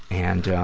and, ah,